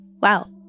Wow